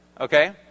Okay